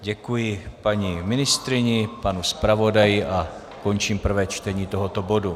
Děkuji paní ministryni, panu zpravodaji a končím prvé čtení tohoto bodu.